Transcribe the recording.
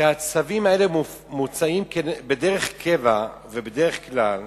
זה שהצווים האלה מוצאים דרך קבע ובדרך כלל